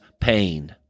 pain